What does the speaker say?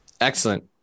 excellent